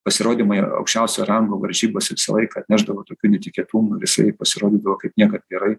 pasirodymai aukščiausio rango varžybose visą laiką atnešdavo tokių netikėtumų ir jisai pasirodydavo kaip niekad gerai